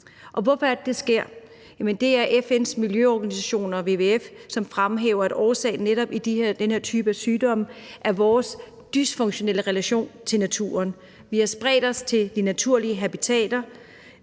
Hvorfor er det, at det sker? Jamen FN's miljøorganisationer og WWF fremhæver, at årsagen til netop den her type sygdomme er vores dysfunktionelle relation til naturen. Vi har spredt os til de naturlige habitater,